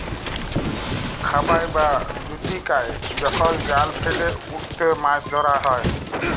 খাবাই বা জুচিকাই যখল জাল ফেইলে উটতে মাছ ধরা হ্যয়